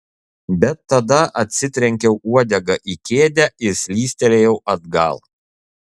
bet tada atsitrenkiau uodega į kėdę ir slystelėjau atgal